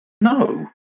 No